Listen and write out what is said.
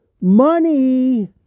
Money